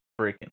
freaking